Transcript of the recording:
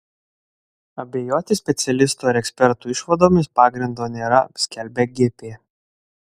abejoti specialistų ar ekspertų išvadomis pagrindo nėra skelbia gp